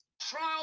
Trial